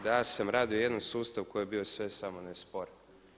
Da, ja sam radio u jednom sustavu koji je bio sve samo ne spor.